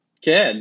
kid